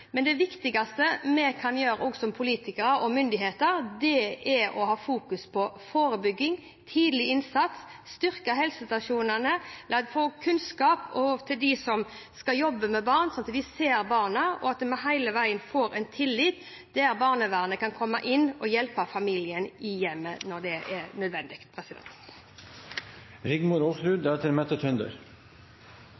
men det viktigste vi kan gjøre som politikere og myndigheter er å ha fokus på forebygging og tidlig innstas, styrke helsestasjonene og få kunnskap til dem som skal jobbe med barn, sånn at de ser barna, og at vi hele veien får en tillit der barnevernet kan komme inn og hjelpe familien i hjemmet når det er nødvendig.